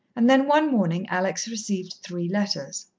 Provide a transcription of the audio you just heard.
and then one morning alex received three letters.